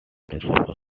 newspaper